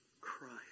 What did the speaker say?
Christ